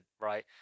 right